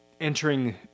entering